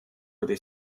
этой